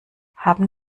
haben